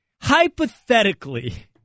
Hypothetically